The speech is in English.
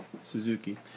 Suzuki